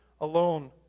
alone